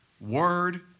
word